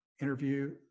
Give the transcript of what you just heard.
Interview